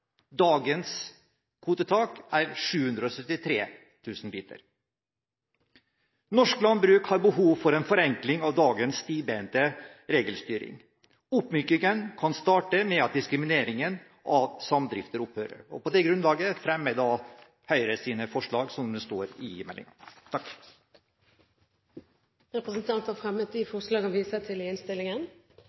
Dagens kvotetak er 773 000 liter. Norsk landbruk har behov for en forenkling av dagens stivbente regelstyring. Oppmykingen kan starte med at diskrimineringen av samdrifter opphører.